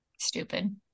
Stupid